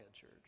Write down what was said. Church